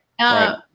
right